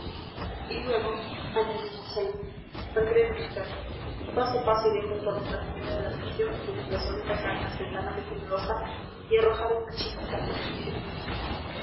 y luego añadió monsalud saldré de mi casa y paso a paso iré junto a nuestra señora de la asunción a cuya plazoleta caen las ventanas de generosa y arrojaré una chinita a los vidrios